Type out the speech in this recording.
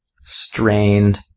strained